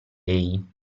lei